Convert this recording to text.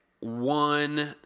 One